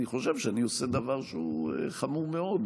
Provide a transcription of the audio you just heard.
אני חושב שאני עושה דבר חמור מאוד,